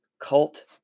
cult